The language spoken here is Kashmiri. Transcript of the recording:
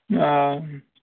آ